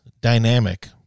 dynamic